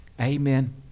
Amen